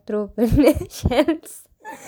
throw பன்னேன்:panneen shells